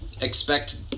expect